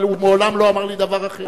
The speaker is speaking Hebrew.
אבל הוא מעולם לא אמר לי דבר עכשיו.